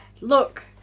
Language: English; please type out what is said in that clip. look